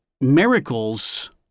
miracles